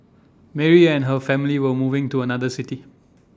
Mary and her family were moving to another city